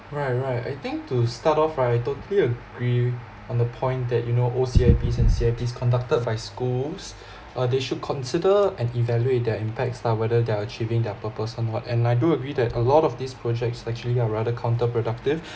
right right I think to start off right I totally agree on the point that you know O_C_I_P and C_I_P's conducted by schools uh they should consider and evaluate their impact lah whether they are achieving their purpose on what and I do agree that a lot of these projects actually are rather counterproductive